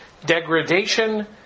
Degradation